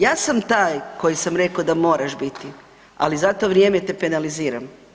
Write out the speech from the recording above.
Ja sam taj koji sam rekao da moraš biti, ali za to vrijeme te penaliziram.